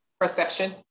perception